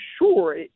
sure